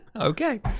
Okay